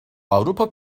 avrupa